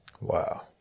Wow